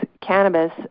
cannabis